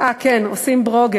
אה, כן, עושים ברוגז.